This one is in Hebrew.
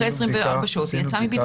אחרי 24 שעות היא יצאה מבידוד.